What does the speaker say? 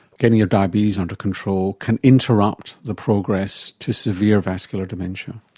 getting your diabetes under control can interrupt the progress to severe vascular dementia?